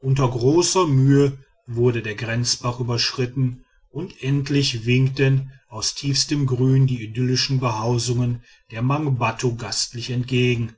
unter großer mühe wurde der grenzbach überschritten und endlich winkten aus tiefstem grün die idyllischen behausungen der mangbattu gastlich entgegen